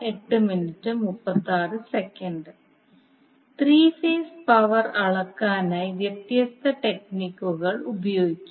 three phase power അളക്കാനായി വ്യത്യസ്ത ടെക്നിക്കുകൾ ഉപയോഗിക്കും